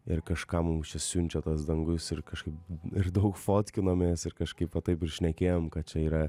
ir kažką mums siunčia tas dangus ir kažkaip ir daug fotkinomės ir kažkaip va taip ir šnekėjom kad čia yra